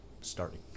starting